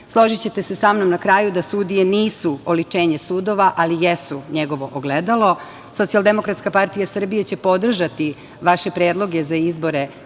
se sa mnom, na kraju, da sudije nisu oličenje sudova, ali jesu njegovo ogledalo. Socijaldemokratska partija Srbije će podržati vaše predloge za izbore